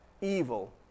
Evil